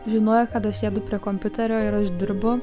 žinojo kad aš sėdu prie kompiuterio ir aš dirbu